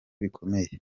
bikomeye